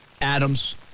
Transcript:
Adams